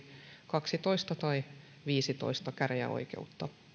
kaksitoista tai viisitoista käräjäoikeutta